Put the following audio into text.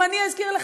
אם אני אזכיר לך,